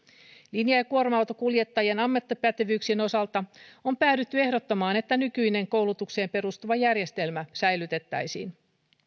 linja ja kuorma autonkuljettajien ammattipätevyyksien osalta on päädytty ehdottamaan että nykyinen koulutukseen perustuva järjestelmä säilytettäisiin